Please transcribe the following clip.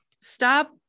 Stop